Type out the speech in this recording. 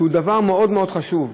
שהוא מאוד מאוד חשוב,